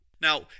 Now